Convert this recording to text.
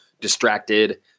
distracted